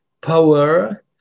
power